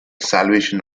salvation